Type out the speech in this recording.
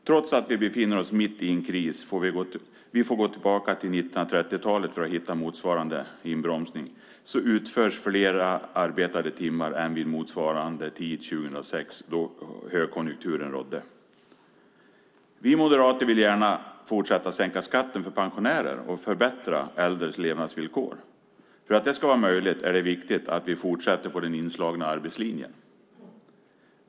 Trots att vi befinner oss mitt i en kris - vi får gå tillbaka till 1930-talet för att hitta motsvarande inbromsning - utförs fler arbetade timmar än vid motsvarande tid 2006, då högkonjunkturen rådde. Vi moderater vill gärna fortsätta sänka skatten för pensionärer och förbättra äldres levnadsvillkor. För att det ska vara möjligt är det viktigt att vi fortsätter på den inslagna arbetslinjen.